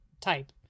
type